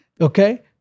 okay